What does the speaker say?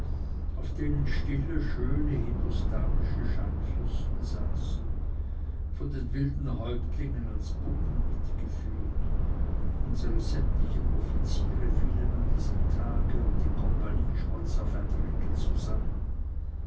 auf denen stille schöne hindostanische scheinfürsten saßen von den wilden häuptlingen als puppen mitgeführt unsere sämtlichen offiziere fielen an diesem tage und die kompanie schmolz auf ein drittel zusammen